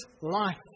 life